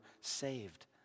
saved